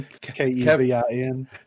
K-E-V-I-N